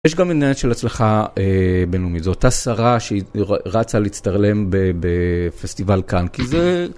יש גם עניין של הצלחה בינלאומית, זו אותה שרה שהיא רצה להצטלם בפסטיבל קאן, כי זה...